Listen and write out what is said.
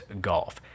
Golf